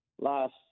last